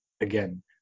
again